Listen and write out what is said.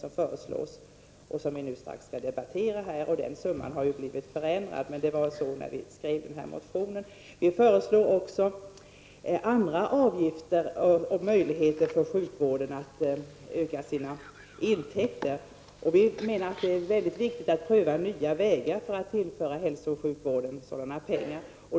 Den saken skall vi strax här debattera, och summan har blivit förändrad, men så var det när vi skrev motionen. Vi föreslog också andra avgifter och möjligheter för sjukvården att öka sina intäkter. Vi menar att det är väldigt viktigt att pröva nya vägar för att tillföra hälso och sjukvården pengar.